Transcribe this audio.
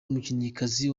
umukinnyikazi